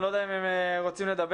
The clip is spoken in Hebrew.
אני לא יודע אם הם רוצים לדבר.